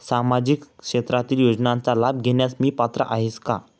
सामाजिक क्षेत्रातील योजनांचा लाभ घेण्यास मी पात्र आहे का?